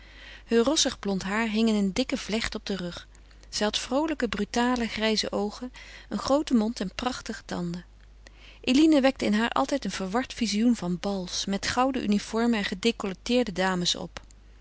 rossig blond haar hing in een dikke vlecht op den rug zij had vroolijke brutale grijze oogen een grooten mond en prachtige tanden eline wekte in haar altijd een verward vizioen van bals met gouden uniformen en gedecolleteerde dames op